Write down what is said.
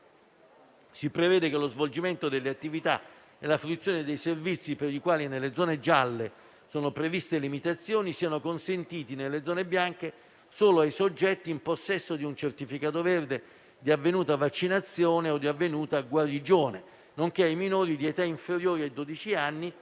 si prevede che lo svolgimento delle attività e la fruizione dei servizi per i quali nelle zone gialle sono previste limitazioni siano consentiti nelle zone bianche solo ai soggetti in possesso di un certificato verde di avvenuta vaccinazione o di avvenuta guarigione, nonché ai minori di età inferiore ai dodici